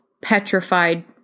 Petrified